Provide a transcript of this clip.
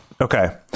Okay